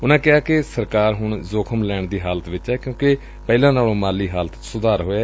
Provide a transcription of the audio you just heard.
ਉਨਾਂ ਕਿਹਾ ਕਿ ਸਰਕਾਰ ਹੁਣ ਜੋਖਮ ਲੈਣ ਦੀ ਹਾਲਤ ਵਿਚ ਏ ਕਿਉਂਕਿ ਪਹਿਲਾਂ ਨਾਲੋਂ ਮਾਲੀ ਹਾਲਤ ਚ ਸੁਧਾਰ ਹੋਇਐ